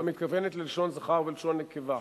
את מתכוונת ללשון זכר ולשון נקבה.